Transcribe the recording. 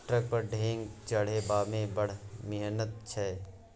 truck पर ढेंग चढ़ेबामे बड़ मिहनत छै